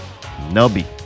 Nubby